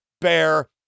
Bear